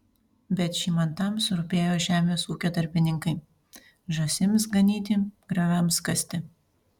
bet žymantams rūpėjo žemės ūkio darbininkai žąsims ganyti grioviams kasti